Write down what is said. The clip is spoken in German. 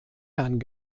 herrn